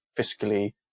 fiscally